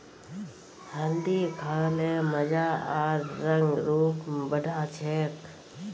हल्दी खा ल मजा आर रंग रूप बढ़ा छेक